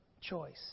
choice